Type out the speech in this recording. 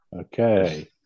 okay